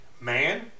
man